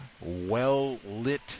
well-lit